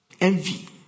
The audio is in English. envy